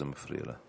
זה מפריע.